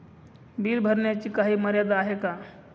Bill भरण्याची काही मर्यादा आहे का?